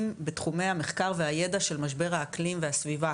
בתחומי המחקר והידע של משבר האקלים והסביבה,